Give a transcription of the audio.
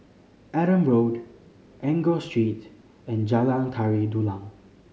Adam Road Enggor Street and Jalan Tari Dulang